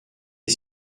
est